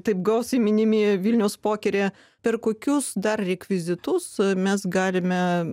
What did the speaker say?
taip gausiai minimi vilniaus pokeryje per kokius dar rekvizitus mes galime